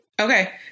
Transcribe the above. Okay